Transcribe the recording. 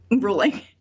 ruling